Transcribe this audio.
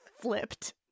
flipped